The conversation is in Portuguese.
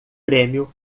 prêmio